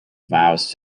vows